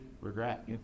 regret